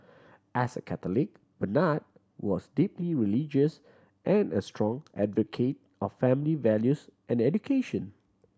as a Catholic Bernard was deeply religious and a strong advocate of family values and education